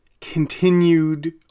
continued